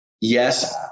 yes